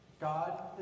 God